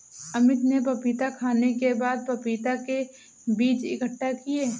अमित ने पपीता खाने के बाद पपीता के बीज इकट्ठा किए